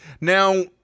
Now